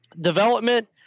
development